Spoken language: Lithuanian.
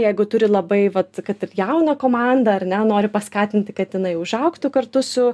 jeigu turi labai vat kad ir jauną komandą ar ne nori paskatinti kad jinai užaugtų kartu su